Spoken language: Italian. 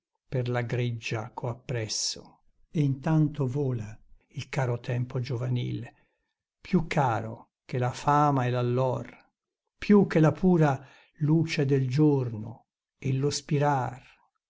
per la greggia ch'ho appresso e intanto vola il caro tempo giovanil più caro che la fama e l'allor più che la pura luce del giorno e lo spirar